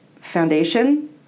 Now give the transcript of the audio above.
foundation